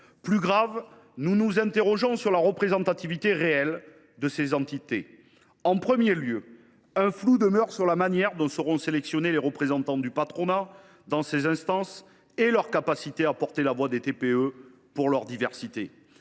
Plus grave, nous nous interrogeons sur la représentativité réelle de ces entités. En premier lieu, un flou demeure sur la manière dont seront sélectionnés les représentants du patronat dans ces instances et sur leur capacité à porter la voix des TPE dans toute leur diversité.